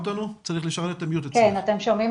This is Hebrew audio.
בסופו של דבר,